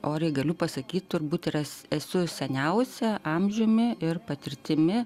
oriai galiu pasakyt turbūt ras esu seniausia amžiumi ir patirtimi